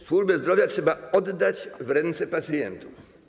Służbę zdrowia trzeba oddać w ręce pacjentów.